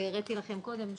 והראיתי לכם קודם תיק,